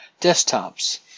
desktops